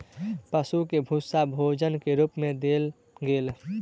पशु के भूस्सा भोजन के रूप मे देल गेल